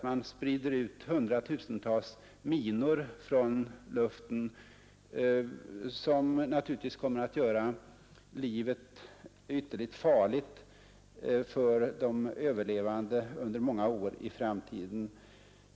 Man sprider ut hundratusentals minor från luften, och dessa kommer naturligtvis att göra livet ytterligt farligt för de överlevande under många år i framtiden.